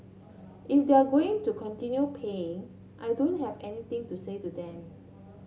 if they're going to continue paying I don't have anything to say to them